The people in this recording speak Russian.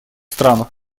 странах